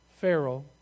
Pharaoh